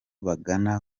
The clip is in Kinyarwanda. bagana